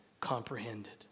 comprehended